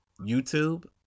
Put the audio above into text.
YouTube